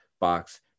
box